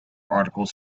articles